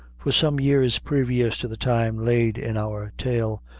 for some years previous to the time laid in our tale,